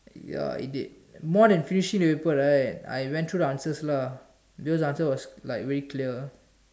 ya it did more than Tertiary paper right I went through the answers lah those answers were like way clear